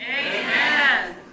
Amen